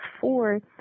four